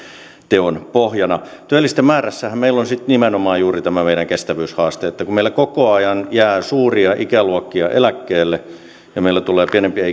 teon pohjana työllisten määrässähän meillä on sitten nimenomaan juuri tämä meidän kestävyyshaasteemme että kun meillä koko ajan jää suuria ikäluokkia eläkkeelle ja meille tulee pienempiä